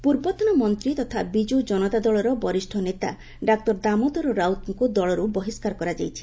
ଓଡ଼ିଶା ପୂର୍ବତନ ମନ୍ତ୍ରୀ ତଥା ବିଜୁ ଜନତା ଦଳର ବରିଷ୍ଠ ନେତା ଡାକ୍ତର ଦାମୋଦର ରାଉତଙ୍କୁ ଦଳରୁ ବହିଷ୍କାର କରାଯାଇଛି